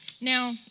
Now